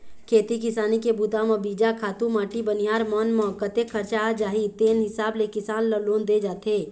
खेती किसानी के बूता म बीजा, खातू माटी बनिहार मन म कतेक खरचा आ जाही तेन हिसाब ले किसान ल लोन दे जाथे